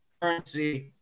currency